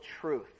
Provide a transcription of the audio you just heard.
truth